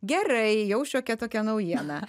gerai jau šiokia tokia naujiena